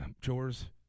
chores